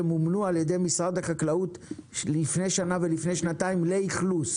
שמומנו על ידי משרד החקלאות לפני שנה ולפני שנתיים לאכלוס.